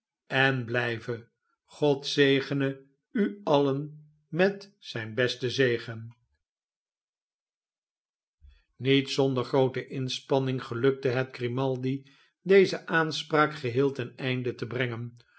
en blijve god zegene u alien met zijn best en zegen niet zonder groote inspanning gelukte het grimaldi deze aanspraak geheel ten einde te brengen